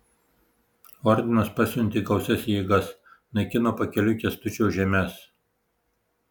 ordinas pasiuntė gausias jėgas naikino pakeliui kęstučio žemes